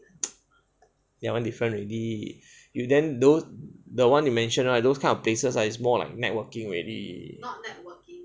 that [one] different already you then those that one you mentioned those kind of places ah is more like networking already